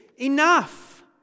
enough